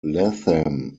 latham